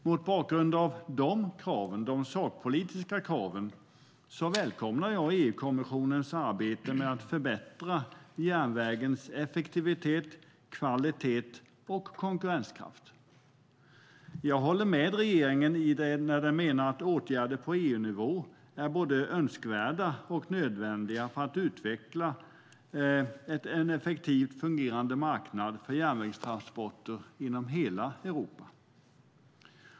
Mot bakgrund av de sakpolitiska kraven välkomnar jag EU-kommissionens arbete med att förbättra järnvägens effektivitet, kvalitet och konkurrenskraft. Jag håller med regeringen om att åtgärder på EU-nivå är både önskvärda och nödvändiga för att utveckla en effektivt fungerande marknad för järnvägstransporter inom hela Europa.